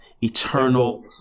eternal